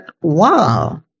wow